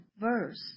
verse